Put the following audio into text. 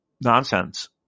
nonsense